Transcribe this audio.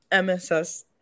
mss